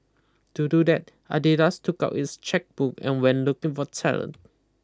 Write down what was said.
to do that Adidas took out its chequebook and went looking for talent